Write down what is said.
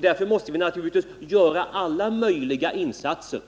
Därför måste vi naturligtvis göra alla tänkbara insatser